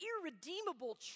irredeemable